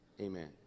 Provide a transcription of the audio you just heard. Amen